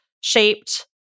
shaped